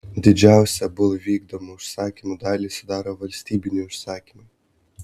didžiausią bull vykdomų užsakymų dalį sudaro valstybiniai užsakymai